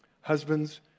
Husbands